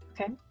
Okay